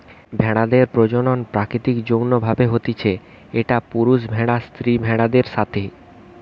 ভেড়াদের প্রজনন প্রাকৃতিক যৌন্য ভাবে হতিছে, একটা পুরুষ ভেড়ার স্ত্রী ভেড়াদের সাথে